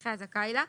לנכה הזכאי לה,